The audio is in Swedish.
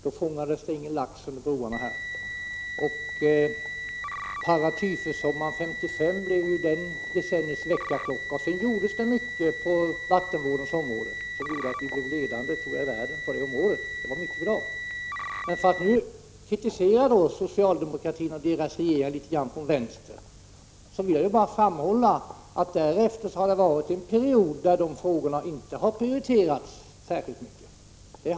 Då fångades det ingen lax under broarna här, och paratyfussommaren 1955 blev det decenniets väckarklocka. Sedan gjordes det mycket på vattenvårdsområdet, där vi blev ledande i världen. Det var mycket bra. Men för att nu kritisera socialdemokratin och dess regeringar litet från vänster vill jag bara framhålla att det därefter har funnits en period då dessa frågor inte prioriterats särskilt mycket.